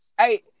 Hey